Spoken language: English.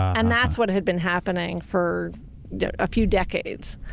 and that's what had been happening for a few decades.